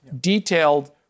detailed